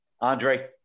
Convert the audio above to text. Andre